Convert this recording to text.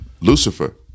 lucifer